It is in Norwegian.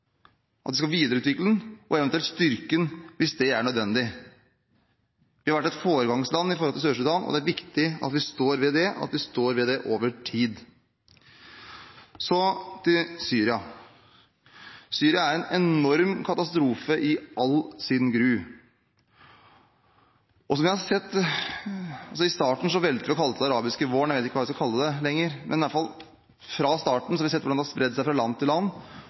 Vi skal videreutvikle den og eventuelt styrke den, hvis det er nødvendig. Vi har vært et foregangsland når det gjelder Sør-Sudan, og det er viktig at vi står ved det, og at vi står ved det over tid. Så til Syria. Syria er en enorm katastrofe i all sin gru. I starten valgte vi å kalle det «den arabiske våren» – jeg vet ikke hva vi skal kalle det lenger, men i hvert fall: Fra starten av har vi sett hvordan det har spredd seg fra land til land,